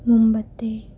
മുമ്പത്തെ